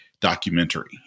documentary